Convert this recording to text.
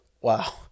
wow